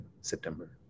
September